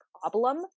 problem